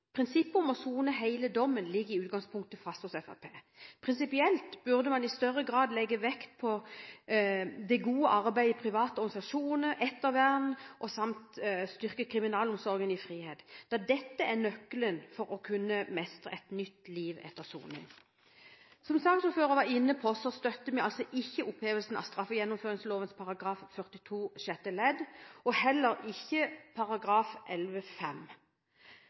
Prinsippet om å sone hele dommen ligger i utgangspunktet fast hos Fremskrittspartiet. Prinsipielt burde man i større grad legge vekt på det gode arbeidet som gjøres av private organisasjoner, ettervern samt styrke Kriminalomsorg i frihet, da dette er nøkkelen for å kunne mestre et nytt liv etter soning. Som saksordføreren var inne på, støtter vi ikke opphevelsen av straffegjennomføringsloven § 42 sjette ledd, og heller ikke